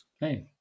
Hey